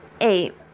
Eight